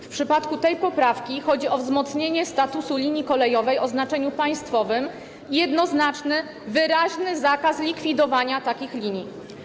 W przypadku tej poprawki chodzi o wzmocnienie statusu linii kolejowej o znaczeniu państwowym, o jednoznaczny, wyraźny zakaz likwidowania takich linii.